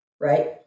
right